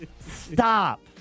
Stop